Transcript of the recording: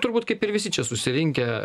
turbūt kaip ir visi čia susirinkę